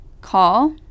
call